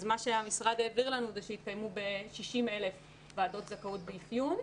מה שהמשרד העביר לנו זה שהתקיימו 60,000 ועדות זכאות ואפיון.